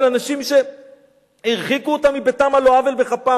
על אנשים שהרחיקו אותם מביתם על לא עוול מכפם,